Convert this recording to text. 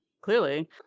clearly